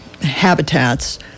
habitats